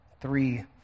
Three